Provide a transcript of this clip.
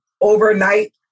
overnight